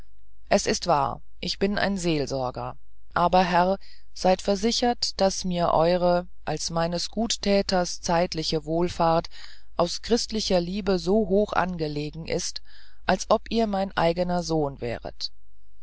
es ist wahr ich bin ein seelsorger aber herr seid versichert daß mir eure als meines guttäters zeitliche wohlfahrt aus christlicher liebe so hoch angelegen ist als ob ihr mein eigener sohn wäret